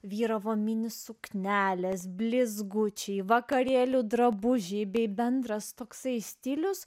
vyravo mini suknelės blizgučiai vakarėlių drabužiai bei bendras toksai stilius